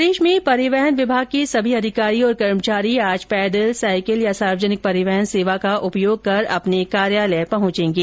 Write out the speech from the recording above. प्रदेश में परिवहन विभाग के सभी अधिकारी और कर्मचारी आज पैदल साईकल या सार्वजनिक परिवहन सेवा का उपयोग कर अपने कार्यालय पहुंचेंगे